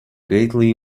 greatly